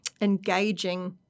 engaging